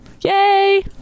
Yay